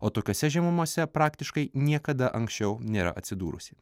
o tokiose žemumose praktiškai niekada anksčiau nėra atsidūrusi